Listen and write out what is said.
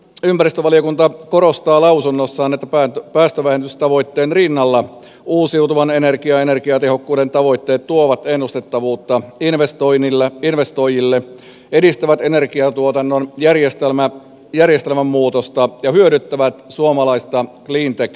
ympäristövaliokunta korostaa lausunnossaan että päästövähennystavoitteen rinnalla uusiutuvan energian ja energiatehokkuuden tavoitteet tuovat ennustettavuutta investoijille edistävät energiantuotannon järjestelmän muutosta ja hyödyttävät suomalaista cleantech sektoria